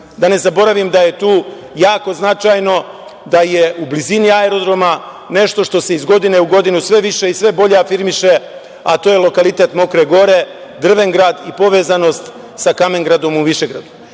ne zaboravim, da je tu jako značajno da je u blizini aerodroma, nešto što se iz godine u godinu sve više i sve bolje afirmiše, a to je lokalitet Mokre Gore, Drvengrad i povezanost sa Kamengradom u Višegradu. Prema